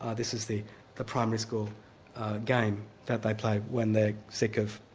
ah this is the the primary school game that they play when they're sick of,